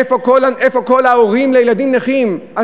איפה כל ההורים לילדים נכים?